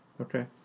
Okay